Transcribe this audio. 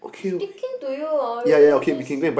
speaking to you orh really just